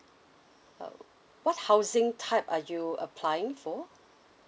uh what housing type are you applying for